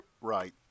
Right